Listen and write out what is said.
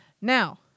Now